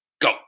Go